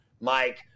Mike